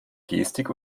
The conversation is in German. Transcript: gestik